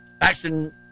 Action